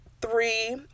three